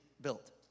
built